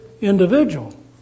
individual